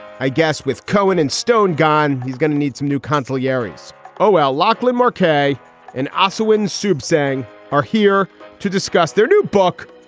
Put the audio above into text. i guess with cohen and stone gone, he's gonna need some new console yearis oh, lockley marquet and also in soup sangh are here to discuss their new book,